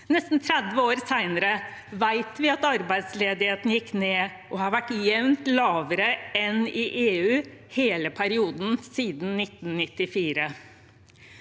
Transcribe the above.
Nesten 30 år senere vet vi at arbeidsledigheten gikk ned og har vært jevnt lavere enn i EU hele perioden siden 1994.